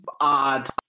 odd